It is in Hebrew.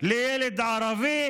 לילד ערבי